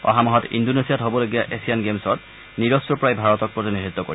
অহা মাহত ইণ্ডোনেছিয়াত হ'বলগীয়া এছিয়ান গেমছত নীৰজ চোপ্ৰাই ভাৰতক প্ৰতিনিধিত্ব কৰিব